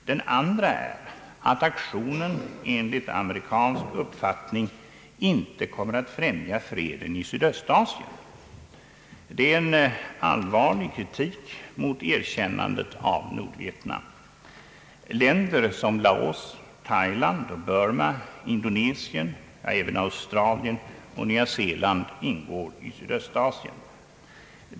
Den andra saken är att aktionen enligt amerikansk uppfattning inte kommer att främja freden i Sydöstasien. Det är en allvarlig kritik mot erkännandet av Nordvietnam. Länder som Laos, Thailand, Indien och Burma, Indonesien, ja, även Australien och Nya Zeeland ingår i Sydöstasien.